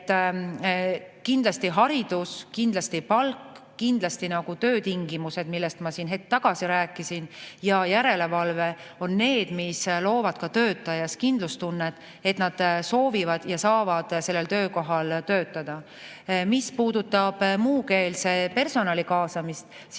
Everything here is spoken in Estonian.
et kindlasti haridus, kindlasti palk, kindlasti töötingimused, millest ma siin hetk tagasi rääkisin, ja järelevalve on need, mis loovad töötajas kindlustunde, et ta soovib ja saab sellel töökohal töötada. Mis puudutab muukeelse personali kaasamist, siis